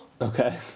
Okay